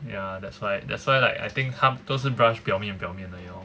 ya that's why that's why like I think 他都是 brush 表面表面而已 lor